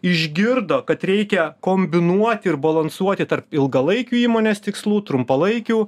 išgirdo kad reikia kombinuoti ir balansuoti tarp ilgalaikių įmonės tikslų trumpalaikių